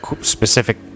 specific